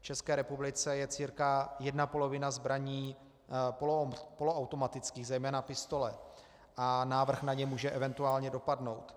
V České republice je cca jedna polovina zbraní poloautomatických, zejména pistole, a návrh na ně může event. dopadnout.